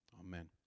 amen